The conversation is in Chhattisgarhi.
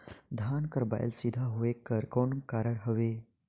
धान कर बायल सीधा होयक कर कौन कारण हवे?